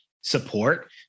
support